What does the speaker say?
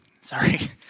Sorry